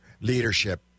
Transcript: leadership